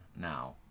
now